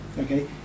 Okay